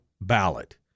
ballot